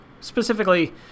Specifically